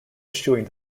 issuing